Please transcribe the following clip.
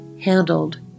handled